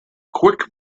quick